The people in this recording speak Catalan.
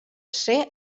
ser